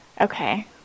okay